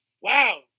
wow